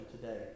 today